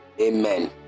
Amen